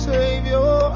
Savior